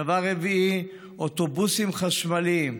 דבר רביעי: אוטובוסים חשמליים,